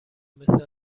مثل